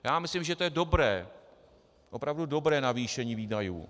Já myslím, že to je dobré, opravdu dobré navýšení výdajů.